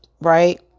right